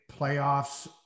playoffs